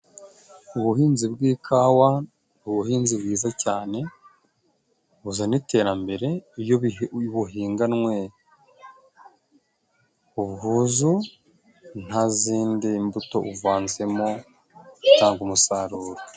Ubuhinzi bw'ikawa ni ubuhinzi bwiza cyane buzana iterambere, iyo buhinganwe ubwuzu nta zindi mbuto uvanzemo, butanga umusaruro.